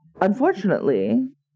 unfortunately